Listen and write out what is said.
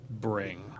bring